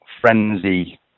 frenzy